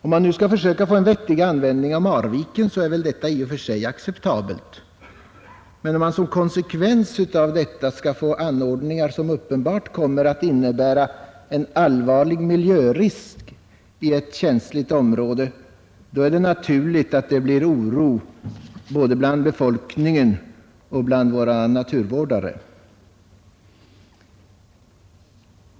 Om man nu skall försöka få en vettig användning av Marviken, så är väl detta i och för sig acceptabelt, men om man som konsekvens härav får anordningar, som uppenbart kommer att innebära en allvarlig miljörisk i ett känsligt område, då är det ofrånkomligt att det blir oro både bland befolkningen och bland våra naturvårdare.